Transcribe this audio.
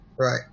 Right